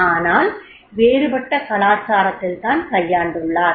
ஆனால் வேறுபட்ட கலாச்சாரத்தில் தான் கையாண்டுள்ளார்